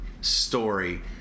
story